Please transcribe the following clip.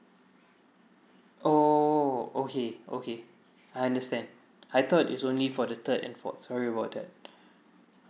oh okay okay I understand I thought it's only for the third and fourth sorry about that